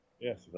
Yes